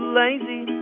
lazy